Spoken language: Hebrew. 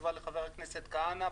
בתשובה לחבר הכנסת כהנא.